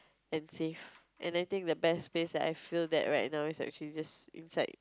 and safe and I think the best place that I feel that right now is actually just inside